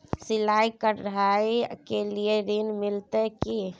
सिलाई, कढ़ाई के लिए ऋण मिलते की?